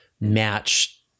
match